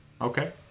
Okay